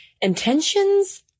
Intentions